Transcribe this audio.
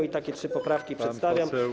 I takie trzy poprawki przedstawiam.